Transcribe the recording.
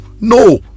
No